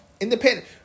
Independent